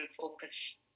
focus